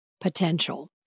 potential